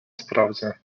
sprawdzę